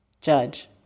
judge